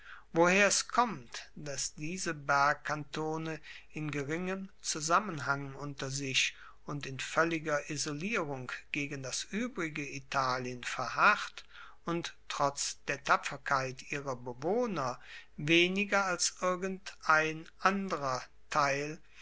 woher es kommt dass diese bergkantone in geringem zusammenhang unter sich und in voelliger isolierung gegen das uebrige italien verharrt und trotz der tapferkeit ihrer bewohner weniger als irgendein anderer teil